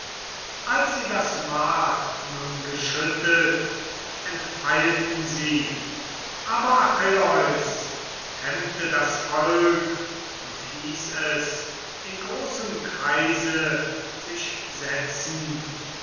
als sie das mal nun geschüttet enteilten sie aber achilleus hemmte das volk und hieß es in großem kreise sich setzen